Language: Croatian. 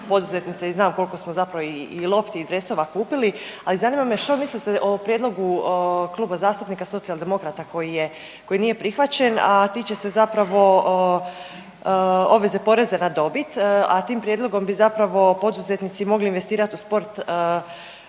i znam koliko smo zapravo i lopti i dresova kupili. Ali zanima me, što mislite o prijedlogu Kluba zastupnika Socijaldemokrata koji nije prihvaćen, a tiče se zapravo obveze poreza na dobit a tim prijedlogom bi zapravo poduzetnici mogli investirati u sport